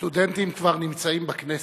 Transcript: סטודנטים כבר נמצאים בכנסת.